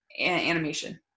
animation